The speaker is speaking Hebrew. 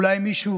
אולי מישהו